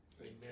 Amen